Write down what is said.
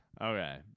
okay